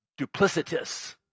duplicitous